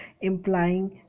implying